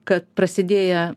kad prasidėję